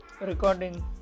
Recording